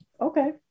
Okay